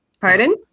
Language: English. Pardon